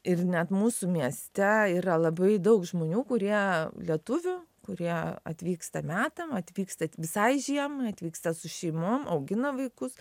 ir net mūsų mieste yra labai daug žmonių kurie lietuvių kurie atvyksta metam atvyksta visai žiemai atvyksta su šeimom augina vaikus